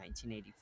1984